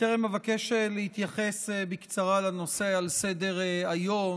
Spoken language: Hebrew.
בטרם אבקש להתייחס בקצרה לנושא על סדר-היום,